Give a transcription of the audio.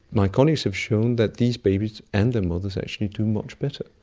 my colleagues have shown that these babies and their mothers actually do much better.